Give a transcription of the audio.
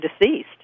deceased